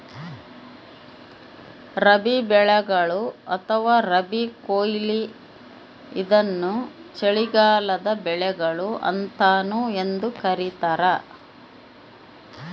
ರಬಿ ಬೆಳೆಗಳು ಅಥವಾ ರಬಿ ಕೊಯ್ಲು ಇದನ್ನು ಚಳಿಗಾಲದ ಬೆಳೆಗಳು ಅಂತಾನೂ ಎಂದೂ ಕರೀತಾರ